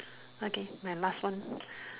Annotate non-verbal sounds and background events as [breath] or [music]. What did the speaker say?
okay my last one [breath]